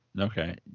Okay